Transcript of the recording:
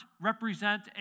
represent